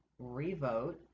revote